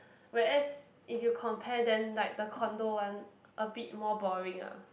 whereas if you compare then like the condo one a bit more boring lah